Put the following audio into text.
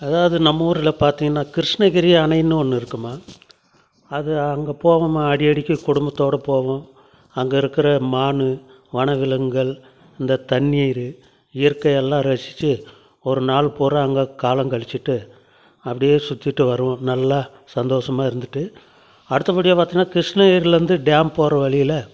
அதாவது நம்ம ஊரில் பார்த்திங்கனா கிருஷ்ணகிரி அணைனு ஒன்றுருக்குமா அது அங்கே போவோம்மா அடிக் அடிக்கி குடும்பத்தோட போவோம் அங்கேருக்குற மான் வனவிலங்குகள் இந்த தண்ணீர் இயற்கை எல்லாம் ரசித்து ஒரு நாள் பூரா அங்கே காலம்கழிச்சுட்டு அப்படியே சுத்திவிட்டு வருவோம் நல்லா சந்தோஷமா இருந்துவிட்டு அடுத்தபடியாக பார்த்திங்கன்னா கிருஷ்ணகிரிலேருந்து டாம் போகிற வழியில்